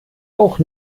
auch